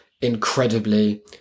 incredibly